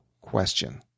question